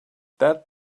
that